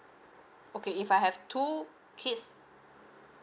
okay if I have two kids